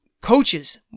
coaches